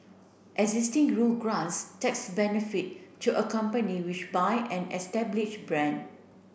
existing rule grants tax benefit to a company which buy an established brand